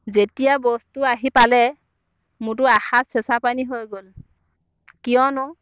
যেতিয়া বস্তু আহি পালে মোৰটো আশাত চেচা পানী হৈ গ'ল কিয়নো